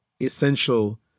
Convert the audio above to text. essential